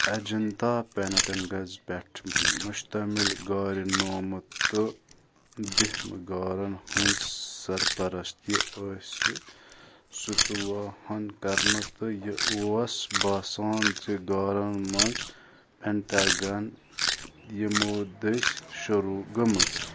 Ajanta paintings پٮ۪ٹھ مشتعمل غار نومہٕ تہٕ دٔہمہِ غارن ہنٛدۍ سرپرستی ٲسۍ ستوہن کرنہٕ تہٕ یہِ اوس باسان زِ غارن منٛز پیٚنٹاگن یِمو دٔسۍ شروع گٔمٕژ